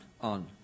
on